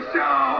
Show